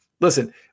Listen